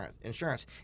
insurance